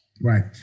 right